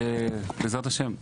בעזרת השם.